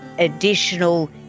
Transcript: additional